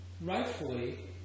rightfully